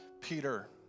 Peter